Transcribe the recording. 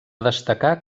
destacar